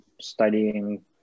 studying